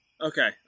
Okay